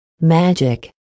Magic